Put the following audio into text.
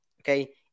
okay